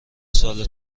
سال